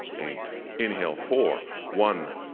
eight inhale, four one,